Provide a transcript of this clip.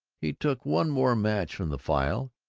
he took one more match from the file,